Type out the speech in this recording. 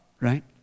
right